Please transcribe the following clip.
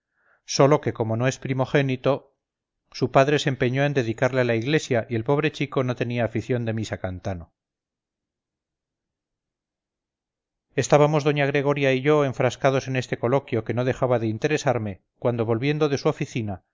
sólo que como no es primogénito su padre se empeñó en dedicarle a la iglesia y el pobre chico no tenía afición de misacantano estábamos doña gregoria y yo enfrascados en este coloquio que no dejaba de interesarme cuando volviendo de su oficina